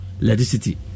electricity